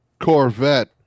Corvette